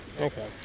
Okay